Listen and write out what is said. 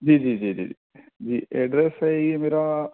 جی جی جی جی ایڈریس ہے یہ میرا